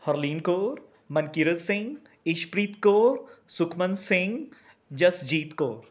Harleen Kaur Mankirat Singh Ishpreet Kaur Sukhman Singh Jasjeet Kaur